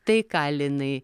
tai ką linai